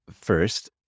first